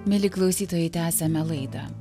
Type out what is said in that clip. mieli klausytojai tęsiame laidą